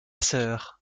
sœur